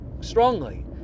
Strongly